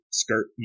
skirt